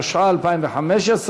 התשע"ה 2015,